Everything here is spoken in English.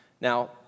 Now